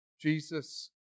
Jesus